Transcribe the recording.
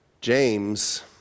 James